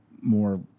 more